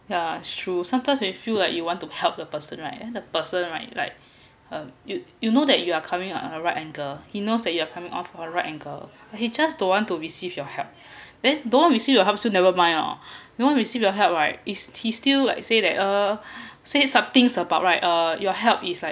ya true sometimes we feel that you want to help the person right and the person right like uh you you know that you are coming out right angle he knows that you are coming off a right angle but he just don't want to receive your help then don't want to receive your help still never mind lor don't want to receive your help right is he still like say that uh say something about right uh your help is like